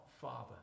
father